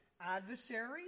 adversaries